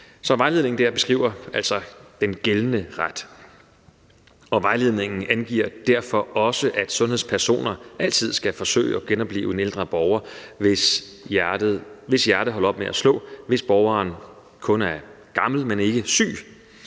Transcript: Så vejledningen beskriver altså den gældende ret. Vejledningen angiver derfor også, at sundhedspersoner altid skal forsøge at genoplive en ældre borger, hvis hjerte holder op med at slå, hvis borgeren kun er gammel og ikke syg.